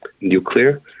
nuclear